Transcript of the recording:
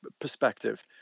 perspective